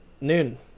noon